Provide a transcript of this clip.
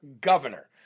governor